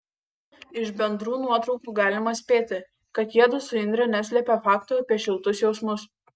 iš bendrų nuotraukų galima spėti kad jiedu su indre neslepia fakto apie šiltus jausmus